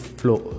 flow